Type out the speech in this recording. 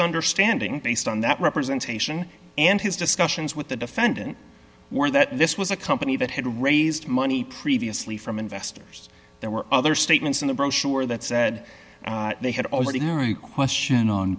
understanding based on that representation and his discussions with the defendant were that this was a company that had raised money previously from investors there were other statements in the brochure that said they had already mary question on